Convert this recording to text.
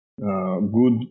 good